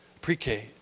pre-K